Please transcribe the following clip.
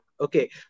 okay